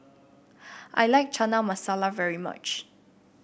I like Chana Masala very much